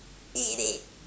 eat it